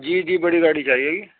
جی جی بڑی گاڑی چاہیے گی